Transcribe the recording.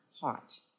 hot